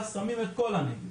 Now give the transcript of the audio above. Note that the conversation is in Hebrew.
אז שמים את כל הנגב